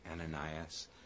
Ananias